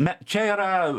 ne čia yra